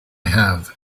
have